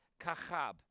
kachab